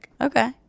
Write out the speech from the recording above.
Okay